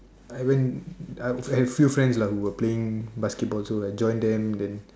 I went I was with a few friends lah we were playing basketball also like join them then